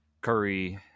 Curry